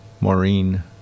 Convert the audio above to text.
Maureen